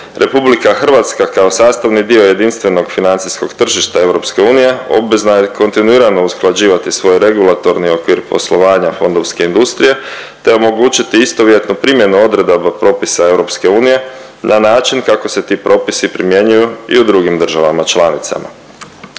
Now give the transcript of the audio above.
članici EU. RH kao sastavni dio jedinstvenog financijskog tržišta EU obvezna je kontinuirano usklađivati svoj regulatorni okvir poslovanja fondovske industrije te omogućiti istovjetnu primjenu odredaba propisa EU na način kako se ti propisi primjenjuju i u drugim državama članicama.